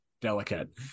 delicate